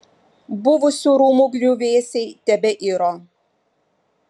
buvusių rūmų griuvėsiai tebeiro